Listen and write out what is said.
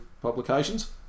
publications